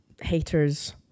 haters